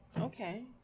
Okay